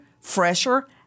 fresher